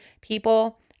people